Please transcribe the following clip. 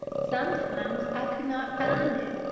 sometimes i could not find it,